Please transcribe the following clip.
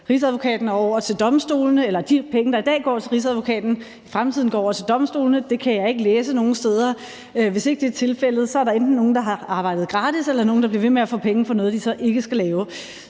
de penge, der i dag går til Rigsadvokaten, i fremtiden går til domstolene. Det kan jeg ikke læse nogen steder, men hvis ikke det er tilfældet, er der enten nogle, der har arbejdet gratis, eller nogle, der bliver ved med at få penge for noget, de så ikke skal lave.